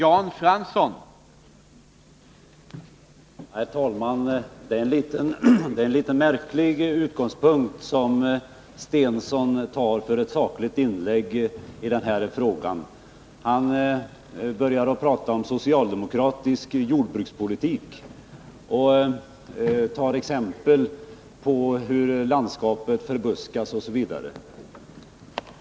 Herr talman! Det är en något märklig utgångspunkt som Börje Stensson väljer för ett sakligt inlägg i denna fråga. Han börjar tala om socialdemokratisk jordbrukspolitik och ge exempel på hur landskapet förbuskats osv.